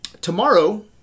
Tomorrow